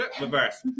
reverse